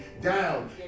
down